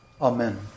Amen